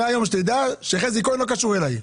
מהיום שתדע שחזי כהן לא קשור אליי,